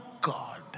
God